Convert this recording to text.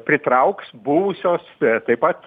pritrauks buvusios taip pat